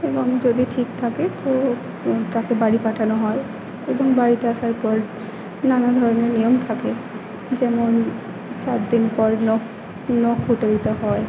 এবং যদি ঠিক থাকে তো তাকে বাড়ি পাঠানো হয় এবং বাড়িতে আসার পর নানা ধরণের নিয়ম থাকে যেমন চার দিন পর নখ নখ হয়